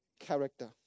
character